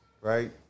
right